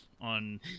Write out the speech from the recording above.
on